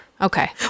Okay